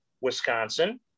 wisconsin